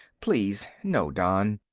please, no, don.